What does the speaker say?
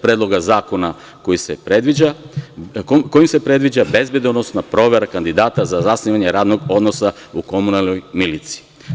Predloga zakona, kojim se predviđa bezbedonosna provera kandidata za zasnivanje radnog odnosa u komunalnoj miliciji.